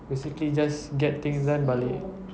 basically just get things done balik